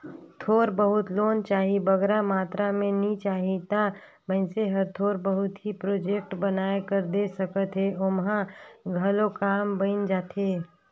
थोर बहुत लोन चाही बगरा मातरा में नी चाही ता मइनसे हर थोर बहुत ही प्रोजेक्ट बनाए कर दे सकत हे ओम्हां घलो काम बइन जाथे